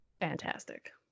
Fantastic